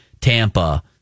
Tampa